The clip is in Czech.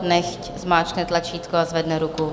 Nechť zmáčkne tlačítko a zvedne ruku.